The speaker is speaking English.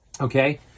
okay